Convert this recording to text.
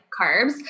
carbs